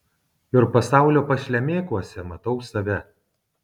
ir pasaulio pašlemėkuose matau save